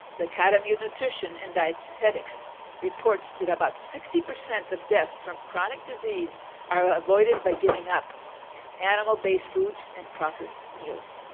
the academy of nutrition and dietetics reports that about sixty percent of deaths from chronic disease are avoided by giving up animal-based foods and processed meals.